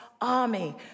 army